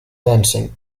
dancing